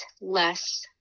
less